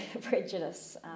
prejudice